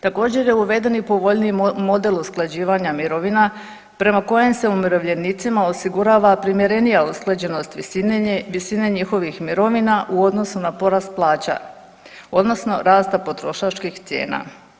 Također je uveden i povoljniji model usklađivanja mirovina prema kojem se umirovljenicima osigurava primjerenija usklađenost visine njihovih mirovina u odnosu na porast plaća odnosno rasta potrošačkih cijena.